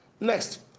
Next